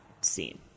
scene